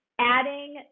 adding